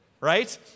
right